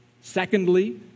Secondly